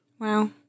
Wow